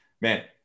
man